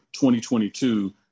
2022